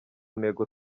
ntego